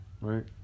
Right